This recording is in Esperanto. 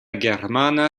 germana